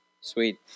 Sweet